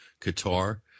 Qatar